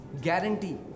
Guarantee